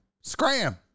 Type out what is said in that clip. Scram